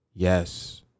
Yes